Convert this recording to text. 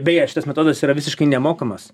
beje šitas metodas yra visiškai nemokamas